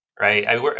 right